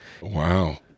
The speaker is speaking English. Wow